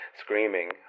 screaming